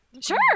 sure